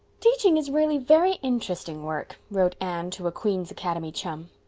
teaching is really very interesting work, wrote anne to a queen's academy chum.